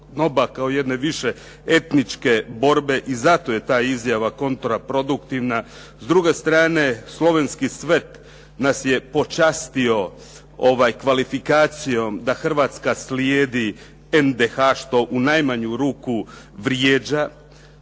kao jedne više etničke borbe i zato je ta izjava kontraproduktivna. S druge strane, slovenski Svet nas je počastio kvalifikacijom da Hrvatska slijedi NDH, što u najmanju ruku vrijeđa.